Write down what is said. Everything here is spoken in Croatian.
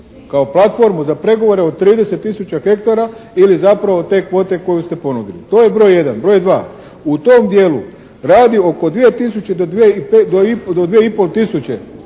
kao platformu za pregovore u 30 tisuća hektara ili zapravo te kvote koju ste ponovili. To je broj jedan. Broj dva, u tom dijelu radi oko 2 tisuće do 2 i